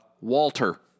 Walter